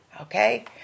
okay